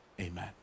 Amen